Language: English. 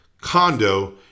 condo